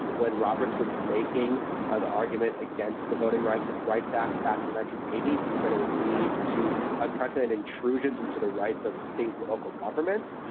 when roberts was making ah the argument against the voting rights rights act back in like the eighty s, he said it would lead to unprecedented intrusions into the rights of state local governments.